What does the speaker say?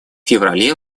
феврале